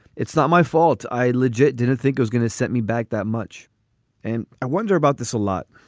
it's not my fault. i legit didn't think i was gonna set me back that much and i wonder about this a lot.